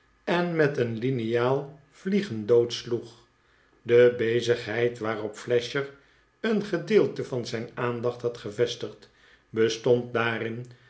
en met een liniaal vliegen doodsloeg de bezigheid waarop flasher een gedeelte van zijn aandacht had gevestigd bestond daarin